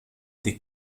des